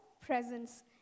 presence